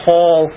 Paul